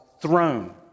throne